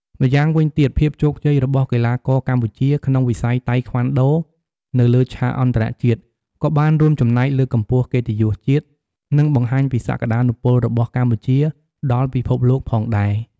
ម្យ៉ាងវិញទៀត ភាពជោគជ័យរបស់កីឡាករកម្ពុជាក្នុងវិស័យតៃក្វាន់ដូនៅលើឆាកអន្តរជាតិ ក៏បានរួមចំណែកលើកកម្ពស់កិត្តិយសជាតិ និងបង្ហាញពីសក្ដានុពលរបស់កម្ពុជាដល់ពិភពលោកផងដែរ។